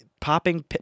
popping